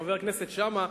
חבר הכנסת שאמה,